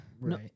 right